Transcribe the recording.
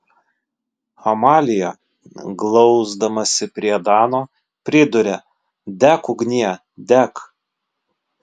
amalija glausdamasi prie dano priduria dek ugnie dek